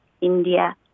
India